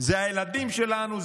אלה הילדים שלנו,